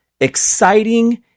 exciting